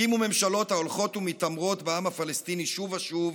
הקימו ממשלות ההולכות ומתעמרות בעם הפלסטיני שוב ושוב,